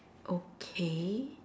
okay